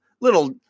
little